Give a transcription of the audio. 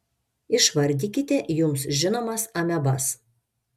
išvardykite jums žinomas amebas